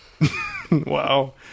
Wow